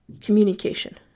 Communication